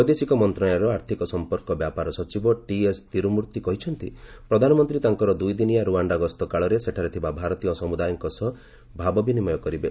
ବୈଦେଶିକ ମନ୍ତ୍ରଣାଳୟର ଆର୍ଥିକ ସଂପର୍କ ବ୍ୟାପାର ସଚିବ ଟିଏସ୍ ତିରୁମୂର୍ତ୍ତି କହିଛନ୍ତି ପ୍ରଧାନମନ୍ତ୍ରୀ ତାଙ୍କର ଦୁଇଦିନିଆ ରୁଆଣ୍ଡା ଗସ୍ତ କାଳରେ ସେଠାରେ ଥିବା ଭାରତୀୟ ସମୁଦାୟଙ୍କ ସହ ଭାବ ବିନିମୟ କରିବେ